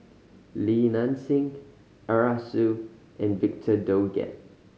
Li Nanxing Arasu and Victor Doggett